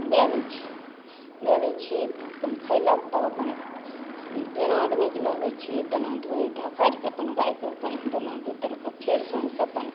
दए दै छियै दए दै छियै तऽ अपन खयलक तब अपन जेना आदमीके लहबय छियै तेना धोि धोखारिके अपन गायके बान्हि देलहुँ भीतरके फेर साँझके अपन